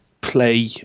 play